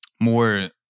more